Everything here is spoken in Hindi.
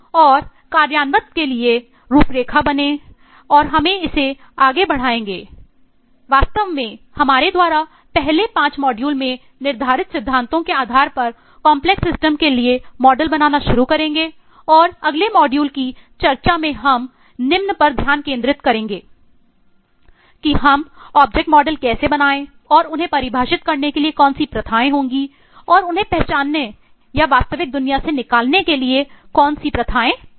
और कार्यान्वयन के लिए एक रूपरेखा बनें और हम इसे आगे बढ़ाएंगे वास्तव में हमारे द्वारा पहले 5 मॉड्यूल कैसे बनाएं और उन्हें परिभाषित करने के लिए कौन सी प्रथाएं हैं और उन्हें पहचानने और वास्तविक दुनिया से निकालने के लिए कौन सी प्रथाएं हैं